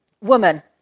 woman